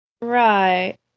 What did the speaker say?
Right